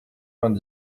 vingt